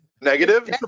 Negative